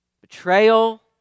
betrayal